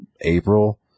april